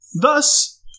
thus